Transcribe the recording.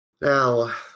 Now